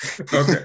Okay